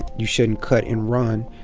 you shouldn't cut and run,